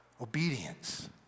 obedience